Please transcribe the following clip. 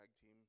team